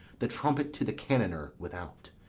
the trumpet to the cannoneer without,